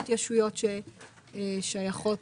אחלה נתונים,